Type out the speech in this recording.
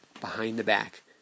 behind-the-back